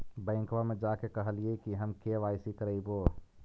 बैंकवा मे जा के कहलिऐ कि हम के.वाई.सी करईवो?